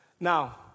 Now